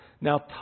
Now